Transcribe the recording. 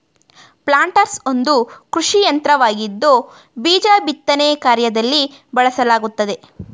planters ಒಂದು ಕೃಷಿಯಂತ್ರವಾಗಿದ್ದು ಬೀಜ ಬಿತ್ತನೆ ಕಾರ್ಯದಲ್ಲಿ ಬಳಸಲಾಗುತ್ತದೆ